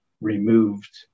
removed